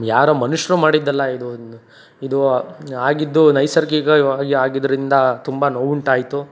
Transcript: ಯಾರೋ ಮನುಷ್ಯರು ಮಾಡಿದ್ದಲ್ಲ ಇದು ಇದು ಆಗಿದ್ದು ನೈಸರ್ಗಿಕವಾಗಿ ಆಗಿದ್ದರಿಂದ ತುಂಬ ನೋವುಂಟಾಯಿತು